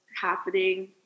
happening